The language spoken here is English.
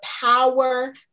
power